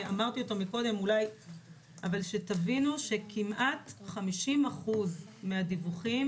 שאמרתי אותו קודם תבינו שכמעט ב-50% מהדיווחים